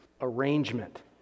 arrangement